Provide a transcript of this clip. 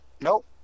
nope